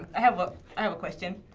i have ah i have a question.